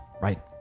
right